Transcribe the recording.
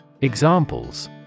Examples